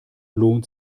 lohnt